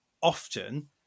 often